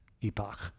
epoch